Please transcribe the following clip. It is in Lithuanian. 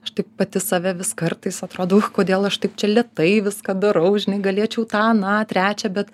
aš taip pati save vis kartais atrodau kodėl aš taip čia lėtai viską darau žinai galėčiau tą aną trečią bet